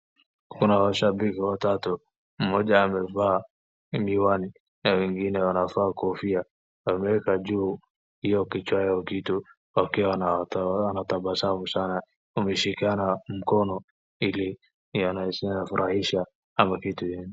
Kuna washabiki watatu, mmoja amevaa miwani na wengine wanavaa kofia. Wameweka juu hiyo kichwa yao kitu wakiwa wanatabasamu sana, wameshikana mkono ili yanaweza furahisha ama kitu yenye.